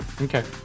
Okay